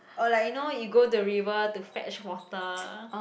or like you know you go the river to fetch water